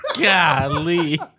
Golly